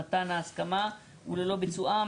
במקרה שמטרת התנאי או התוצאה נובעת מדרישתו,